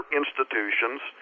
institutions